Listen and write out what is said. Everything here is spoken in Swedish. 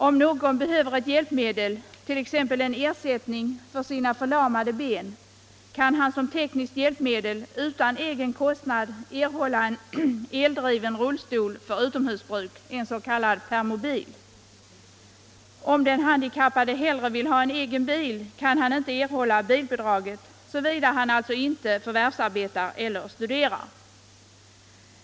Om någon behöver ett hjälpmedel, t.ex. en ersättning för sina förlamade ben, kan han såsom tekniskt hjälpmedel utan egen kostnad erhålla en eldriven rullstol för utomhusbruk, en s.k. permobil. Om den handikappade hellre vill ha en egen bil, kan han inte erhålla bilbidraget, såvida han inte förvärvsarbetar eller studerar.